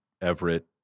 Everett